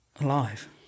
Alive